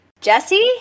Jesse